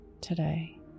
today